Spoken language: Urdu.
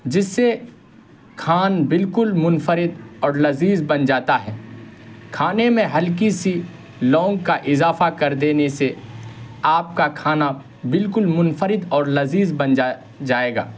جس سے کھانا بالکل منفرد اور لذیذ بن جاتا ہے کھانے میں ہلکی سی لونگ کا اضافہ کر دینے سے آپ کا کھانا بالکل منفرد اور لذیذ بن جا جائے گا